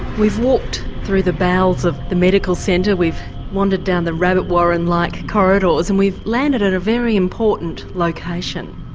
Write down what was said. we've walked through the bowels of the medical centre, we've wandered down the rabbit warren-like corridors and we've landed at a very important location.